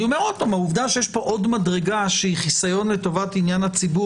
העובדה שיש פה עוד מדרגה שהיא חיסיון לטובת עניין הציבור